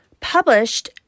published